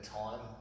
time